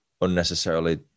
unnecessarily